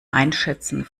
einschätzen